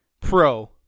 pro